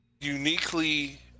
uniquely